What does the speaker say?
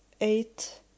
eight